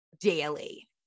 daily